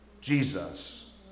Jesus